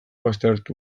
baztertu